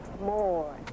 more